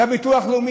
לרוע המזל,